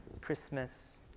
Christmas